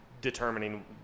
determining